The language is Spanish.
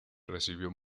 recibió